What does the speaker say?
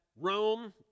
Rome